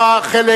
חלק